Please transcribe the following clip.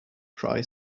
tri